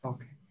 Okay